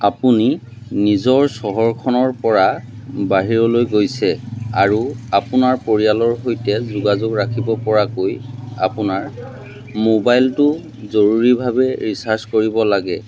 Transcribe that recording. আপুনি নিজৰ চহৰখনৰ পৰা বাহিৰলৈ গৈছে আৰু আপোনাৰ পৰিয়ালৰ সৈতে যোগাযোগ ৰাখিব পৰাকৈ আপোনাৰ মোবাইলটো জৰুৰীভাৱে ৰিচাৰ্জ কৰিব লাগে